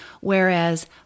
Whereas